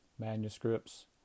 manuscripts